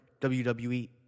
WWE